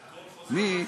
מי?